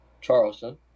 Charleston